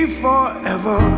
forever